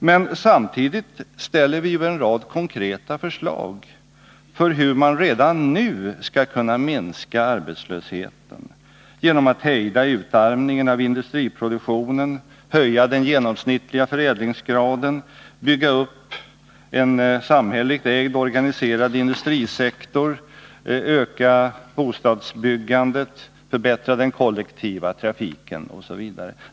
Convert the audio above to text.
Men samtidigt ställer vi en rad konkreta förslag om hur man redan nu skall kunna minska arbetslösheten genom att hejda utarmningen av industriproduktionen, höja den genomsnittliga förädlingsgraden, bygga upp en samhälleligt ägd och organiserad industrisektor, öka bostadsbyggandet, förbättra den kollektiva trafiken osv.